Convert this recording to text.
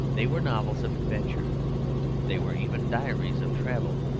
they were novels of adventure they were even diaries of travel.